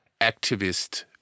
activist